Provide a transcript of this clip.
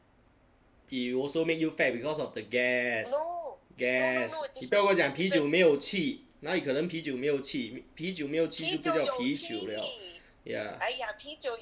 it will also make you fat because of the gas gas 你不要跟我讲啤酒没有气哪里可能啤酒没有气啤酒没有气就不叫啤酒了 ya